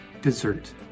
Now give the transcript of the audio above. dessert